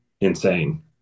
insane